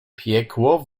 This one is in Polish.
piekło